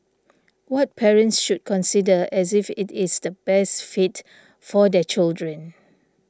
what parents should consider as if it is the best fit for their children